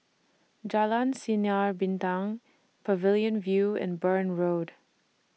Jalan Sinar Bintang Pavilion View and Burn Road